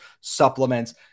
supplements